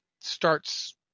starts